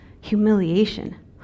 humiliation